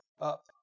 up